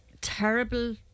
terrible